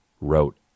wrote